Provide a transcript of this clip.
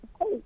Hey